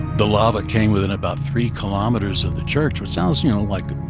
the lava came within about three kilometers of the church, which sounds, you know, like,